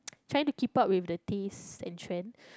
trying to keep up with the taste and trend